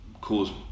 cause